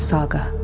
Saga